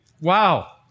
Wow